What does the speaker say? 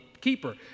keeper